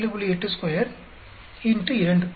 82 X 2 2